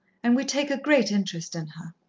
and we take a great interest in her.